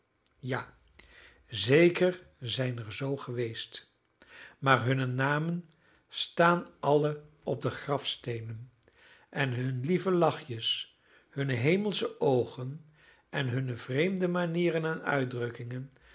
ja zeker zijn er zoo geweest maar hunne namen staan alle op de grafsteenen en hunne lieve lachjes hunne hemelsche oogen en hunne vreemde manieren en uitdrukkingen